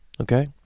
okay